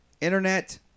internet